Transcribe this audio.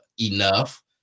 enough